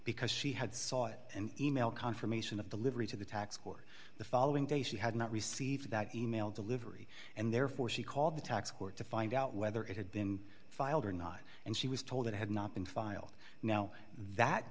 because she had sought an email confirmation of delivery to the tax court the following day she had not received that e mail delivery and therefore she called the tax court to find out whether it had been filed or not and she was told it had not been filed now that